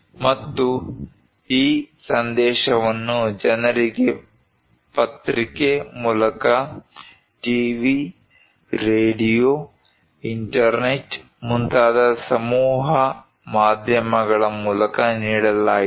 ಮತ್ತು ಈ ಸಂದೇಶವನ್ನು ಜನರಿಗೆ ಪತ್ರಿಕೆ ಮೂಲಕ ಟಿವಿ ರೇಡಿಯೋ ಇಂಟರ್ನೆಟ್ ಮುಂತಾದ ಸಮೂಹ ಮಾಧ್ಯಮಗಳ ಮೂಲಕ ನೀಡಲಾಯಿತು